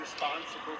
Responsible